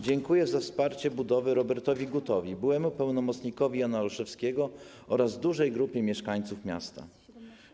Dziękuję za wsparcie budowy Robertowi Gutowi, byłemu pełnomocnikowi Jana Olszewskiego, oraz dużej grupie mieszkańców miasta.